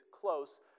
close